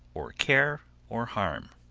or care, or harm.